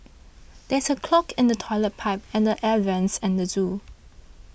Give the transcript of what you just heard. there is a clog in the Toilet Pipe and the Air Vents at the zoo